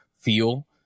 feel